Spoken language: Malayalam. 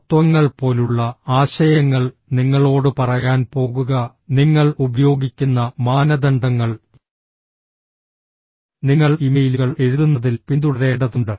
തത്വങ്ങൾ പോലുള്ള ആശയങ്ങൾ നിങ്ങളോട് പറയാൻ പോകുക നിങ്ങൾ ഉപയോഗിക്കുന്ന മാനദണ്ഡങ്ങൾ നിങ്ങൾ ഇമെയിലുകൾ എഴുതുന്നതിൽ പിന്തുടരേണ്ടതുണ്ട്